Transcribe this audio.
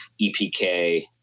EPK